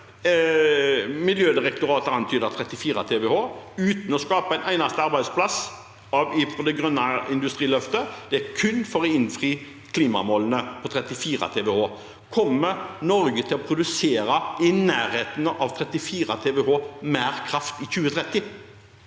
Miljødirektoratet antyder 34 TWh uten å skape en eneste arbeidsplass fra det grønne industriløftet, det er kun for å innfri klimamålene. Kommer Norge til å produsere i nærheten av 34 TWh mer kraft i 2030?